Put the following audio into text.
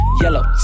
yellow